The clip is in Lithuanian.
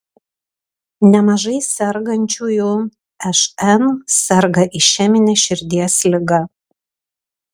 nemažai sergančiųjų šn serga išemine širdies liga